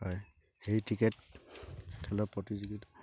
হয় সেই ক্ৰিকেট খেলৰ প্ৰতিযোগিতা